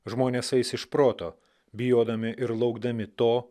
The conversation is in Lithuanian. žmonės eis iš proto bijodami ir laukdami to